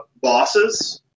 bosses